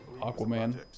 Aquaman